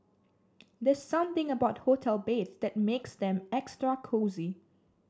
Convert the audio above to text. there's something about hotel bed that makes them extra cosy